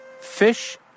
fish